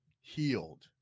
healed